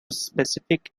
specific